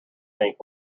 think